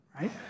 right